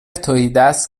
تهیدست